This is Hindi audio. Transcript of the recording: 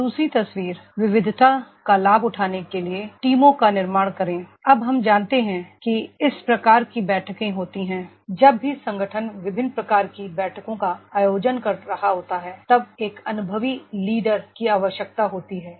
अब दू सरी तस्वीर विविधता का लाभ उठाने के लिए टीमों का निर्माण करें अब हम जानते हैं कि इस प्रकार की बैठकें होती हैं जब भी संगठन विभिन्न प्रकार की बैठकों का आयोजन कर रहा होता है तब एक अनुभवी लीडर की आवश्यकता होती है